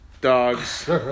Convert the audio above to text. dogs